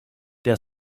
der